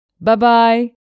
Bye-bye